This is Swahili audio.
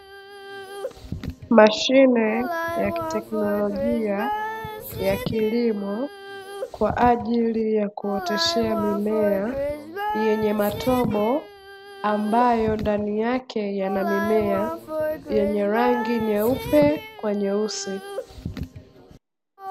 Mashine ya kiteknolojia ya kilimo kwa ajili ya kuoteshea mimea, yenye matobo ambayo ndani yake yana mimea yenye rangi nyeupe kwenye uso,